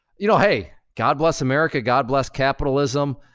you know, hey, god bless america, god bless capitalism.